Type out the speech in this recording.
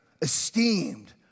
esteemed